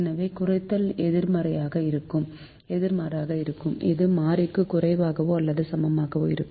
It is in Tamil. எனவே குறைத்தல் எதிர்மாறாக இருக்கும் இது மாறிக்கு குறைவாகவோ அல்லது சமமாகவோ இருக்கும்